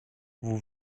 vous